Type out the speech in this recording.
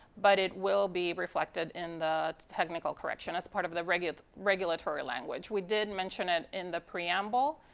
but it will be reflected in the technical correction. that's part of the regulatory regulatory language. we did mention it in the preamble,